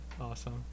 awesome